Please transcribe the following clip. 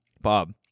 Bob